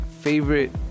favorite